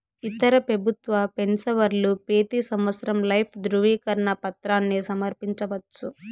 ఇతర పెబుత్వ పెన్సవర్లు పెతీ సంవత్సరం లైఫ్ దృవీకరన పత్రాని సమర్పించవచ్చు